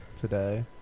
today